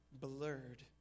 blurred